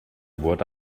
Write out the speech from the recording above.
wurde